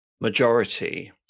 majority